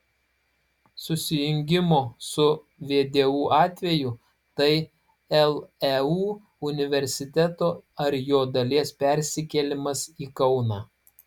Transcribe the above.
susijungimo su vdu atveju tai leu universiteto ar jo dalies persikėlimas į kauną